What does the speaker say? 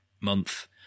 month